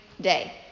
day